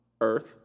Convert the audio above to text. Earth